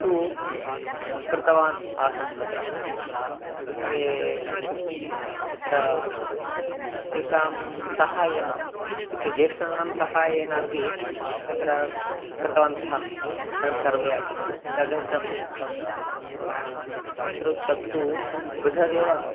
तु कृतवान् आसं तत्र इत्युक्ते अत्र तेषां सहायेन इत्युक्ते ज्येष्ठानां सहायेनापि तत्र कृतवन्तः वयं सर्वे अपि तदर्थं तत्र तत्तु बृहदेव